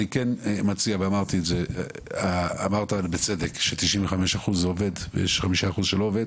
אני כן מציע ואמרת בצדק ש- 95% זה עובד ויש 5% שלא עובד,